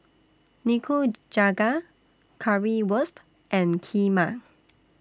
Nikujaga Currywurst and Kheema